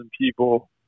people